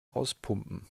auspumpen